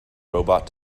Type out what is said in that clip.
robot